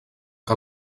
que